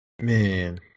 Man